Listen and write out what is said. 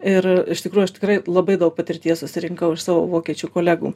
ir iš tikrųjų aš tikrai labai daug patirties susirinkau iš savo vokiečių kolegų